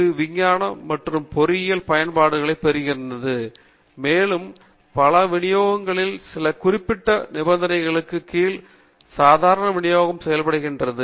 இது விஞ்ஞானம் மற்றும் பொறியியலில் பயன்பாடுகளைப் பெறுகிறது மேலும் பல விநியோகங்களில் சில குறிப்பிட்ட நிபந்தனைகளின் கீழ் சாதாரண விநியோகம் செய்யப்படுகின்றன